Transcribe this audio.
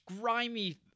grimy